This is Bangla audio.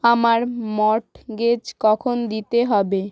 আমার মর্টগেজ কখন দিতে হবে